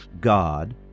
God